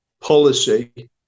policy